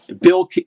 bill